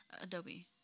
Adobe